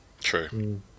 True